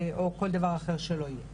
או כל דבר אחר שלא יהיה.